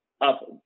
up